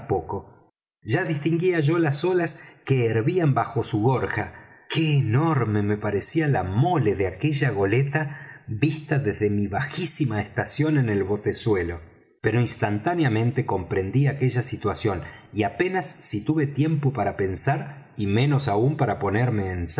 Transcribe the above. ya distinguía yo las olas que hervían bajo su gorja qué enorme me parecía la mole de aquella goleta vista desde mi bajísima estación en el botezuelo pero instantáneamente comprendí aquella situación y apenas si tuve tiempo para pensar y menos aún para ponerme en